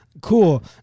cool